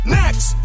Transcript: next